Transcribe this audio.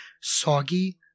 soggy